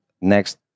next